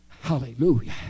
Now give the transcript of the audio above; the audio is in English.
Hallelujah